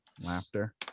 Laughter